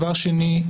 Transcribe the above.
דבר שני,